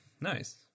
nice